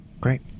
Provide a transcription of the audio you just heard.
Great